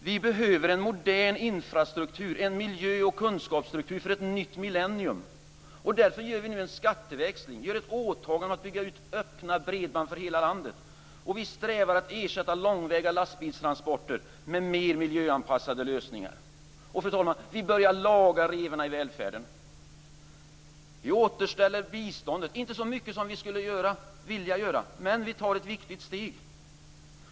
Vi behöver en modern infrastruktur, en miljö och kunskapsstruktur för ett nytt millennium. Därför gör vi nu en skatteväxling, gör ett åtagande om att bygga ut öppna bredband för hela landet, och strävar efter att ersätta långväga lastbilstransporter med mer miljöanpassade lösningar. Fru talman ! Och vi börjar laga revorna i välfärden. Vi återställer biståndet, inte så mycket som vi skulle vilja göra, men vi tar ett viktigt steg.